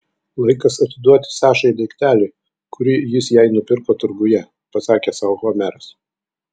laikas atiduoti sašai daiktelį kurį jis jai nupirko turguje pasakė sau homeras